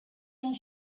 ans